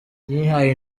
yihaye